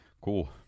Cool